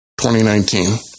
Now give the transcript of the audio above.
2019